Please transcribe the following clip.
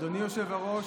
אדוני היושב-ראש,